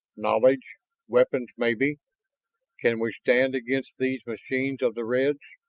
knowledge weapons, maybe. can we stand against these machines of the reds?